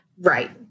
Right